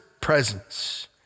presence